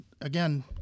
again